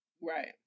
Right